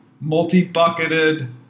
multi-bucketed